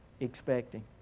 expecting